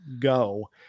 go